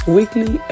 Weekly